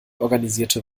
organisierte